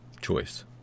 choice